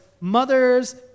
mothers